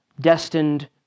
destined